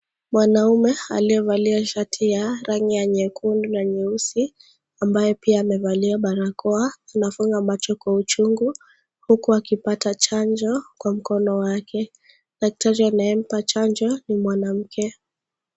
Mwanaume aliyevalia shati ya rangi ya nyekundu na nyeusi ambaye pia amevalia barakoa, anafunga macho kwa uchungu huku akipata chanjo kwa mkono wake. Daktari anayempa chanjo ni mwanamke.